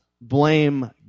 blame